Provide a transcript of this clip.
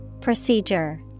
Procedure